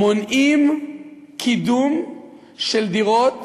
מונעים קידום של דירות